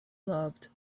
loved